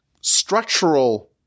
structural